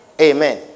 Amen